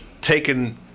taken